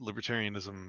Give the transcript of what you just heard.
libertarianism